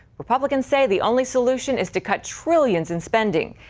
republicans say the only solution is to cut trillions in spending.